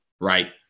right